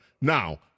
Now